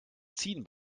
ziehen